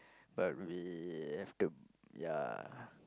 but we have to ya